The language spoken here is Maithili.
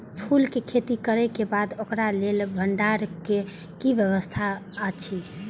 फूल के खेती करे के बाद ओकरा लेल भण्डार क कि व्यवस्था अछि?